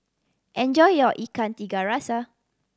enjoy your Ikan Tiga Rasa